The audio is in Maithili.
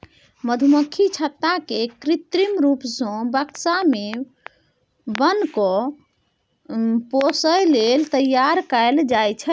मधुमक्खी छत्ता केँ कृत्रिम रुप सँ बक्सा सब मे बन्न कए पोसय लेल तैयार कयल जाइ छै